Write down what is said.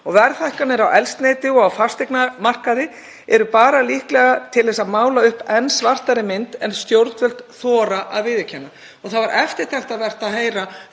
og verðhækkanir á eldsneyti og á fasteignamarkaði eru bara líklegar til að mála upp enn svartari mynd en stjórnvöld þora að viðurkenna. Það var eftirtektarvert að heyra